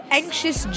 anxious